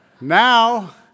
Now